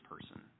person